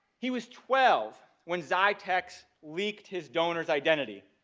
he was twelve when xytex leaked his donor's identity.